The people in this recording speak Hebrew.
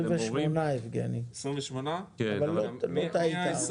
28. גם באותו